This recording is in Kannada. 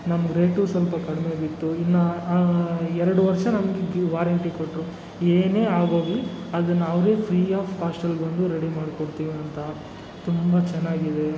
ನಮ್ಗೆ ರೇಟು ಸ್ವಲ್ಪ ಕಡಿಮೆ ಬಿತ್ತು ಇನ್ನು ಎರಡು ವರ್ಷ ನಮ್ಗಿಗ್ಗಿ ವಾರಂಟಿ ಕೊಟ್ಟರು ಏನೇ ಆಗೋಗ್ಲಿ ಅದನ್ನು ಅವರೇ ಫ್ರೀ ಆಫ್ ಕಾಸ್ಟಲ್ಲಿ ಬಂದು ರೆಡಿ ಮಾಡ್ಕೊಡ್ತೀವಿ ಅಂತ ತುಂಬ ಚೆನ್ನಾಗಿದೆ